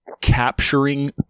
Capturing